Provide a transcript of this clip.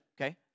okay